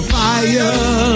fire